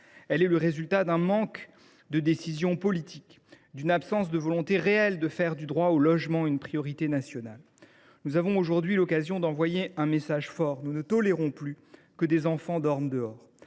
Elle est le résultat d’un manque de décisions politiques et économiques, d’une absence de volonté réelle de faire du droit au logement une priorité nationale. Nous avons aujourd’hui l’occasion d’envoyer un message fort : nous ne tolérons plus que des enfants dorment dehors.